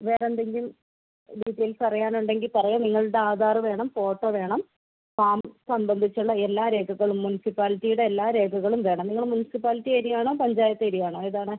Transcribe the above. വേറെ എന്തെങ്കിലും ഡീറ്റെയിൽസ് അറിയാനുണ്ടെങ്കിൽ പറയാം നിങ്ങളുടെ ആധാർ വേണം ഫോട്ടോ വേണം ഫാം സംബന്ധിച്ചുള്ള എല്ലാ രേഖകളും മുൻസിപ്പാലിറ്റിയുടെ എല്ലാ രേഖകളും വേണം നിങ്ങള് മുൻസിപ്പാലിറ്റി ഏരിയ ആണോ പഞ്ചായത്ത് ഏരിയ ആണോ ഏതാണ്